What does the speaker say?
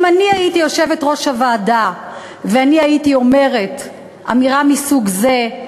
אם אני הייתי יושבת-ראש הוועדה והייתי אומרת אמירה מסוג זה,